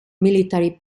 military